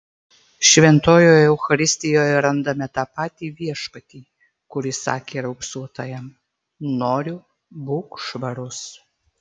šventojoje eucharistijoje randame tą patį viešpatį kuris sakė raupsuotajam noriu būk švarus